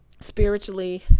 spiritually